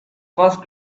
first